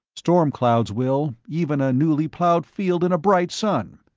storm clouds will, even a newly plowed field in a bright sun.